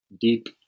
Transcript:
deep